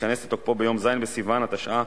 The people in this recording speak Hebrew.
וייכנס לתוקפו ביום ז' בסיוון התשע"א,